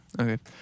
Okay